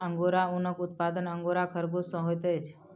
angora ऊनक उत्पादन angora खरगोश सॅ होइत अछि